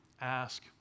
ask